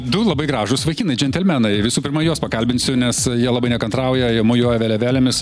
du labai gražūs vaikinai džentelmenai visų pirma juos pakalbinsiu nes jie labai nekantrauja jie mojuoja vėliavėlėmis